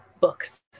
books